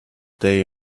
day